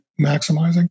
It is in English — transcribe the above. maximizing